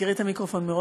תסגרי את המיקרופון מראש,